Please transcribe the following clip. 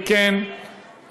אם כן,